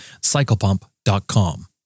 CyclePump.com